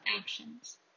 actions